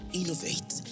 innovate